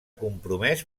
compromès